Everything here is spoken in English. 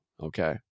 Okay